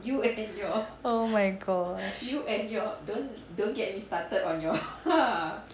oh my god